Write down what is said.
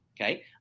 Okay